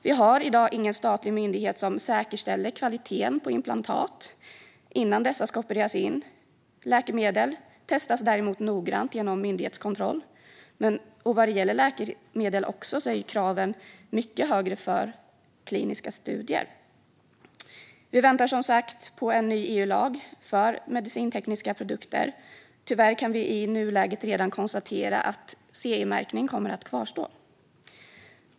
Vi har i dag ingen statlig myndighet som säkerställer kvaliteten på implantat innan dessa ska opereras in. Läkemedel testas däremot noggrant genom myndighetskontroll. När det gäller läkemedel är kraven också mycket högre för kliniska studier. Vi väntar nu, som sagt, på en ny EU-lag för medicintekniska produkter. Tyvärr kan vi i nuläget redan konstatera att CE-märkningen kommer att kvarstå.